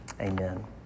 Amen